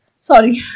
Sorry